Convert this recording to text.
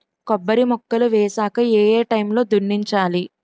కొబ్బరి మొక్కలు వేసాక ఏ ఏ టైమ్ లో దున్నించాలి?